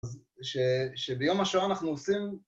שביום השואה אנחנו עושים...